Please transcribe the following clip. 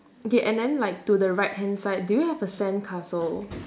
okay and then like to the right hand side do you have a sandcastle